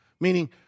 Meaning